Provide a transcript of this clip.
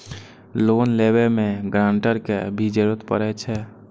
Loan लेबे में grantor के भी जरूरी परे छै?